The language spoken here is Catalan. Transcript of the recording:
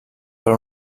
per